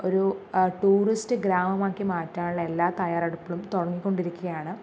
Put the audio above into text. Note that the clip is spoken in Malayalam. ഒരു ടൂറിസ്റ്റ് ഗ്രാമമാക്കി മാറ്റാനുള്ള എല്ലാ തയ്യാറെടുപ്പുകളും തുടങ്ങി കൊണ്ടിരിക്കയാണ്